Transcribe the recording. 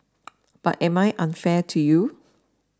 but am I unfair to you